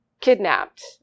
kidnapped